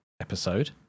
episode